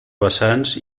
vessants